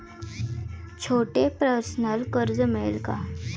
छोटे पर्सनल कर्ज मिळेल का?